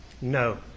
No